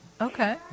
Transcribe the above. Okay